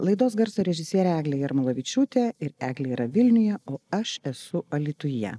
laidos garso režisierė eglė jarmolavičiūtė ir eglė yra vilniuje o aš esu alytuje